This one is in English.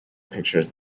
pictures